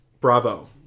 bravo